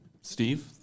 Steve